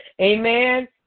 Amen